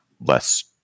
less